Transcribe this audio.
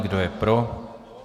Kdo je pro?